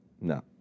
No